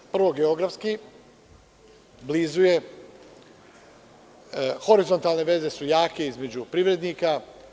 Prvo geografski, blizu je, horizontalne veze su jake između privrednika.